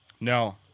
No